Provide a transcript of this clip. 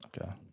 Okay